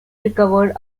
recovered